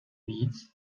víc